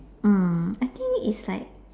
mm I think it's like